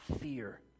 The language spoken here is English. fear